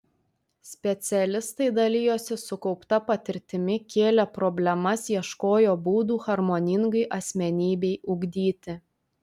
specialistai dalijosi sukaupta patirtimi kėlė problemas ieškojo būdų harmoningai asmenybei ugdyti